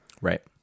Right